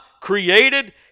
created